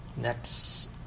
Next